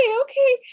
okay